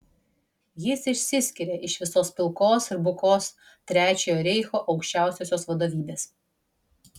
jis išsiskiria iš visos pilkos ir bukos trečiojo reicho aukščiausiosios vadovybės